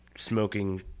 smoking